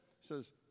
Says